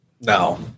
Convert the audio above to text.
No